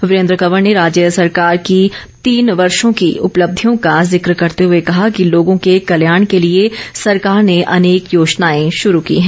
वीरेंद्र कंवर ने राज्य सरकार की तीन वर्षों की उपलब्धियों का जिक्र करते हुए कहा कि लोगों के कल्याण के लिए सरकार ने अनेक योजनाएं शुरू की हैं